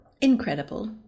Incredible